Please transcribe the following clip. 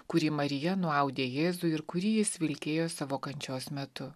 kurį marija nuaudė jėzui ir kurį jis vilkėjo savo kančios metu